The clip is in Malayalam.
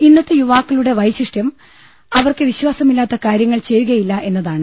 ഇന്നത്തെ യുവാക്കളുടെ വൈശിഷ്ടൃം അവർക്കു വിശ്വാസമില്ലാത്ത കാര്യങ്ങൾ ചെയ്യുകയില്ല എന്നതാണ്